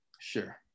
Sure